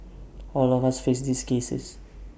all of us face these cases